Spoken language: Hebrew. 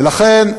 ולכן,